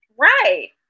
right